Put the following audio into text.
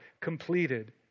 completed